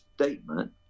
statement